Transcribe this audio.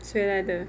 谁来的